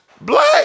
Black